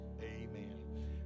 Amen